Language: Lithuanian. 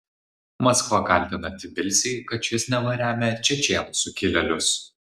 maskva kaltina tbilisį kad šis neva remia čečėnų sukilėlius